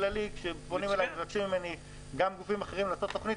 כשפונים אלי ומבקשים ממני גם גופים אחרים לעשות תכנית,